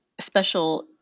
special